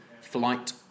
flight